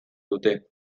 dute